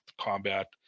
combat